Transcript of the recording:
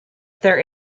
there